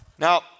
Now